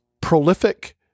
prolific